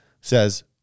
says